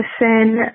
listen